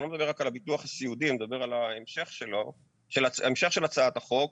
אני לא מדבר רק על הביטוח הסיעודי אני מדבר על המשך הצעת החוק,